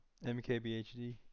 mkbhd